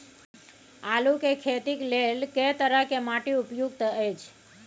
आलू के खेती लेल के तरह के माटी उपयुक्त अछि?